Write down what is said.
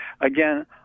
Again